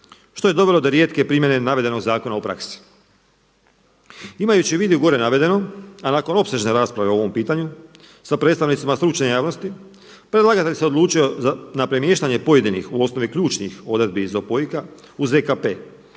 što je dovelo do rijetke primjene navedenog zakona u praksi. Imajući u vidu i gore navedeno a nakon opsežne rasprave o ovom pitanju sa predstavnicima stručne javnosti predlagatelj se odlučio na premiještanje pojedinih u osnovi ključnih odredbi iz ZOPOIK-a u ZKP.